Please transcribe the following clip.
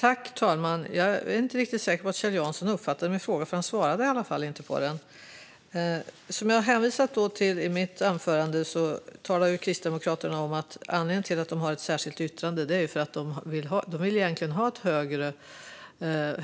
Herr talman! Jag är inte riktigt säker på att Kjell Jansson uppfattade min fråga. Han svarade i alla fall inte på den. Som jag hänvisade till i mitt anförande talar Kristdemokraterna om att anledningen till att de har ett särskilt yttrande är att de egentligen vill ha en